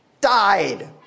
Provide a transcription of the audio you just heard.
died